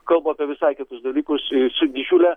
kalba apie visai kitus dalykus su didžiule